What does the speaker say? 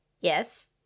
Yes